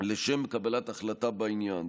לשם קבלת החלטה בעניין.